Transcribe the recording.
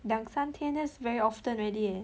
两三天 that's very often already leh